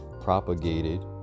propagated